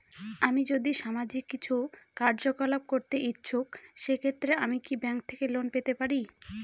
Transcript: আমি যদি সামাজিক কিছু কার্যকলাপ করতে ইচ্ছুক সেক্ষেত্রে আমি কি ব্যাংক থেকে লোন পেতে পারি?